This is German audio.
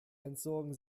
entsorgen